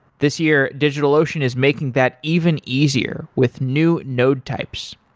this year, digitalocean is making that even easier with new node types.